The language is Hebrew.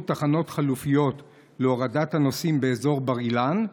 1. מדוע לא נקבעו תחנות חלופיות להורדת הנוסעים באזור בר אילן?